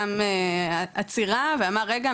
שם עצירה ואמר רגע,